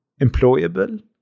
employable